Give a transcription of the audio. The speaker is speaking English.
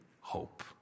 hope